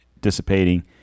dissipating